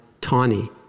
Tawny